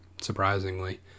surprisingly